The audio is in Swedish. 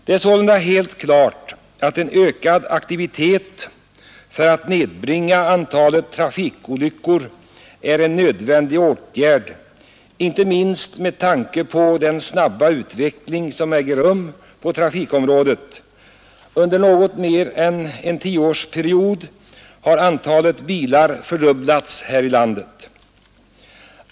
Det är sålunda helt klart att en ökad aktivitet för att söka nedbringa antalet trafikolyckor är en nödvändig åtgärd, inte minst med tanke på den snabba utveckling som äger rum på trafikområdet. Under något mer än en tioårsperiod har antalet bilar fördubblats här i landet.